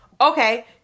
Okay